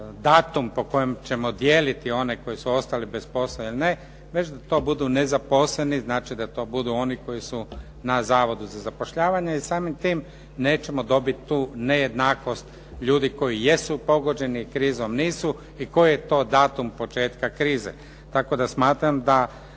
datum po kojem ćemo dijeli one koji su ostali bez posla ili ne već da to budu nezaposleni. Znači, da to budu oni koji su na Zavodu za zapošljavanje i samim tim nećemo dobiti tu nejednakost ljudi koji jesu pogođeni krizom, nisu i koji je to datum početka krize. Tako da smatram da